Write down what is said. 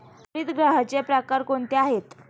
हरितगृहाचे प्रकार कोणते आहेत?